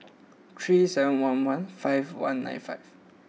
three seven one one five one nine five